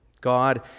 God